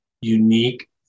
unique